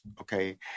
okay